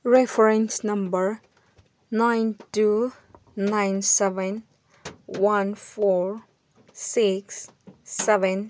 reference number nine two nine seven one four six seven